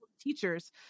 teachers